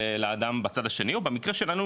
לאדם בצד השני ובמקרה שלנו,